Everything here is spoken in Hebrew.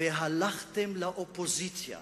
והלכתם לאופוזיציה